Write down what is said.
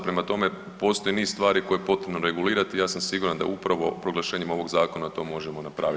Prema tome, postoji niz stvari koje je potrebno regulirati i ja sam siguran da upravo proglašenjem ovog zakona to možemo napraviti.